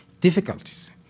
difficulties